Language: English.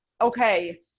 okay